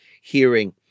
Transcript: hearing